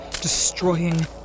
destroying